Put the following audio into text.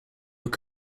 were